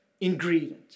ingredient